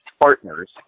partners